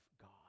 God